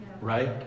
right